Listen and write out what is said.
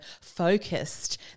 focused